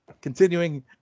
Continuing